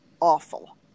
awful